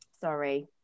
Sorry